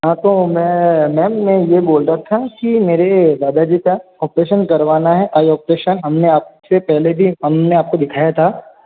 हाँ तो मैं मेम मैं ये बोल रहा था कि मेरे दादा जी का ऑपरेशन करवाना है आई ऑपरेशन हमने आपसे पहले भी हमने आपको दिखाया था